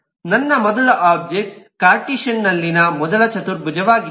ನನ್ನ ಮೊದಲ object Cartesian ನಲ್ಲಿನ ಮೊದಲ ಚತುರ್ಭುಜವಾಗಿದೆ